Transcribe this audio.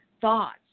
thoughts